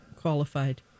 qualified